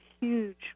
huge